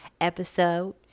episode